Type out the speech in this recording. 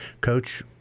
Coach